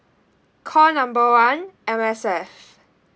call number one M_S_F